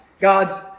God's